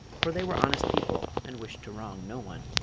for they were honest people and wished to wrong no one.